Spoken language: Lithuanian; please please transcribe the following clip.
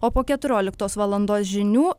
o po keturioliktos valandos žinių